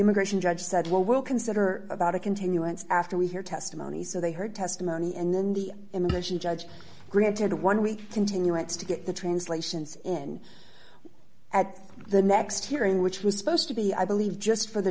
immigration judge said well we'll consider about a continuance after we hear testimony so they heard testimony and then the immigration judge granted one week continuance to get the translations in at the next hearing which was supposed to be i believe just for the